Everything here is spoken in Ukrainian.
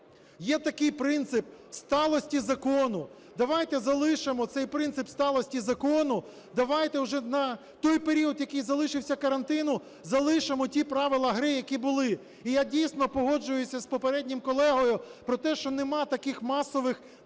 Є такий принцип сталості закону. Давайте залишимо цей принцип сталості закону. Давайте уже на той період, який залишився карантину, залишимо ті правила гри, які були. І я дійсно погоджуюся з попереднім колегою про те, що нема таких масових нарікань